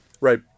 right